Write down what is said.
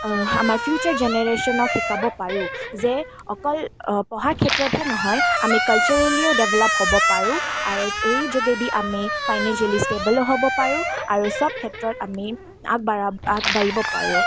আমাৰ ফিউচাৰ জেনেৰেচনক শিকাব পাৰোঁ যে অকল পঢ়াৰ ক্ষেত্ৰতেই নহয় আমি কালচাৰেলিও ডেভেলপ হ'ব পাৰোঁ আৰু এই যোগেদি আমি ফাইনেন্সিয়েলি ষ্টেবলো হ'ব পাৰোঁ আৰু সব ক্ষেত্ৰত আমি আগবঢ়া আগবাঢ়িব পাৰোঁ